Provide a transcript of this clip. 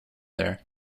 there